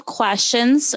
questions